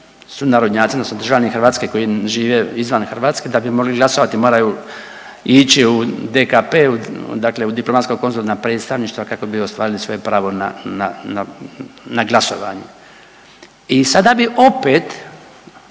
sunarodnjaci odnosno državljani Hrvatske koji žive izvan Hrvatske da bi mogli glasovati moraju ići u DKP, dakle u diplomatsko konzularna predstavništva kako bi ostvarili svoje pravo na, na, na, na glasovanju. I sada bi opet